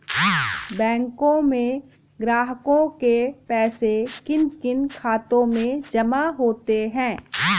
बैंकों में ग्राहकों के पैसे किन किन खातों में जमा होते हैं?